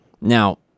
now